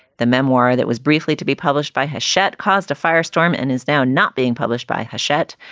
the memoir that was briefly to be published by hachette caused a firestorm and is now not being published by hachette.